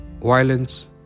violence